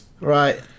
right